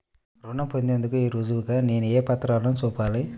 రుణం పొందేందుకు రుజువుగా నేను ఏ పత్రాలను చూపాలి?